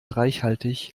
reichhaltig